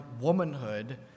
womanhood